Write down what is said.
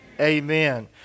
Amen